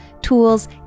tools